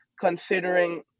considering